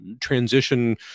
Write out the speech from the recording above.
transition